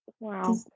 Wow